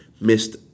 missed